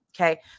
okay